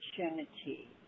opportunity